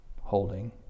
holding